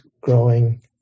growing